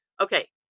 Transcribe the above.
okay